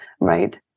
Right